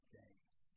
days